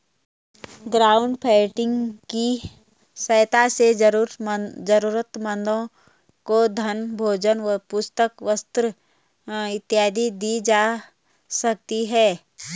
crowdfunding की सहायता से जरूरतमंदों को धन भोजन पुस्तक वस्त्र इत्यादि दी जा सकती है